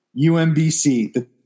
UMBC